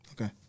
Okay